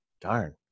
darn